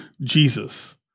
Jesus